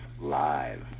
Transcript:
Live